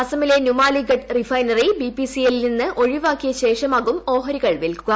അസമിലെ നുമലിഗഡ് റിഫൈനറി ബിപിസിഎല്ലിൽ നിന്ന് ഒഴിവാക്കിയ ശേഷമാകും ഓഹരികൾ വിൽക്കുക